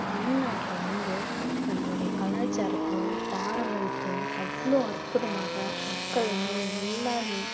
தமிழ்நாட்டில் வந்து நம்மளோடைய கலாச்சாரத்தேயும் பாரம்பரியத்தேயும் அவ்வளோ அற்புதமாக மக்கள் வந்து எல்லோருமே